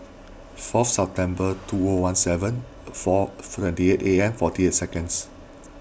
four September two O one seven four Friday eight A M forty eight seconds